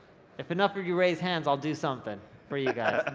if enough of you raise hands, i'll do something for you guys.